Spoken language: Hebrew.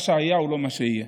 מה שהיה הוא לא מה שיהיה.